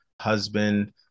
husband